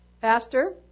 pastor